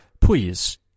Please